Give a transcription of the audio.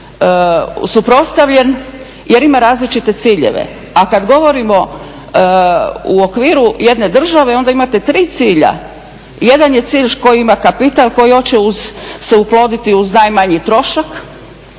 suprotstavljen jer ima različite ciljeve. A kad govorimo u okviru jedne države onda imate tri cilja. Jedan je cilj koji ima kapital, koji hoće se oploditi uz najmanji trošak,